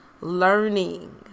learning